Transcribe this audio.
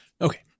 Okay